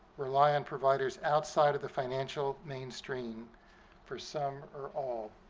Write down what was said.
rely on providers outside of the financial mainstream for some or all